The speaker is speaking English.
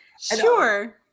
Sure